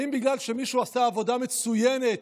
האם בגלל שמישהו עשה עבודה מצוינת